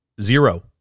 zero